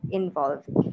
involved